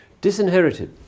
Disinherited